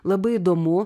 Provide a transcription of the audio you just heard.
labai įdomu